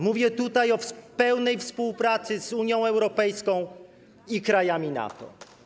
Mówię tutaj o pełnej współpracy z Unią Europejską i krajami NATO.